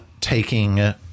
taking